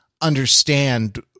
understand